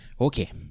Okay